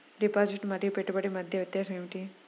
Deposit మరియు పెట్టుబడి మధ్య వ్యత్యాసం ఏమిటీ?